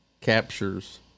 captures